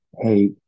hey